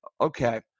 okay